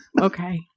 okay